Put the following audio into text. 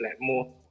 more